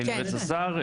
יועץ השר,